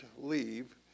leave